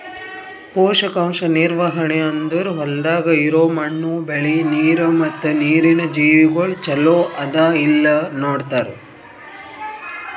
ಪೋಷಕಾಂಶ ನಿರ್ವಹಣೆ ಅಂದುರ್ ಹೊಲ್ದಾಗ್ ಇರೋ ಮಣ್ಣು, ಬೆಳಿ, ನೀರ ಮತ್ತ ನೀರಿನ ಜೀವಿಗೊಳ್ ಚಲೋ ಅದಾ ಇಲ್ಲಾ ನೋಡತಾರ್